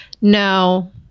No